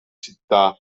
città